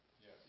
Yes